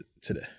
today